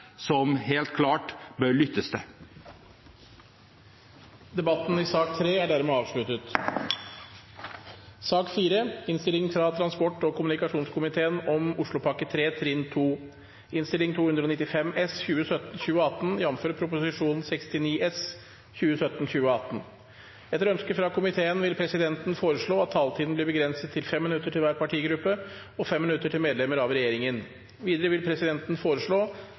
som helt klart bør lyttes til. Flere har ikke bedt om ordet til sak nr. 3. Etter ønske fra transport- og kommunikasjonskomiteen vil presidenten foreslå at taletiden blir begrenset til 5 minutter til hver partigruppe og 5 minutter til medlemmer av regjeringen. Videre vil presidenten foreslå